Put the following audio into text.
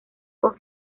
con